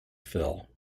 phil